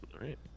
right